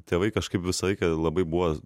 tėvai kažkaip visą laiką labai buvo